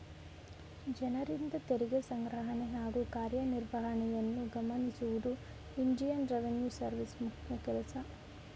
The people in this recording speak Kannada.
ಜನರಿಂದ ತೆರಿಗೆ ಸಂಗ್ರಹಣೆ ಹಾಗೂ ಕಾರ್ಯನಿರ್ವಹಣೆಯನ್ನು ಗಮನಿಸುವುದು ಇಂಡಿಯನ್ ರೆವಿನ್ಯೂ ಸರ್ವಿಸ್ ಮುಖ್ಯ ಕೆಲಸ